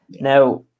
Now